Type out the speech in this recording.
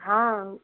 हाँ